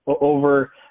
over –